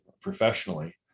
professionally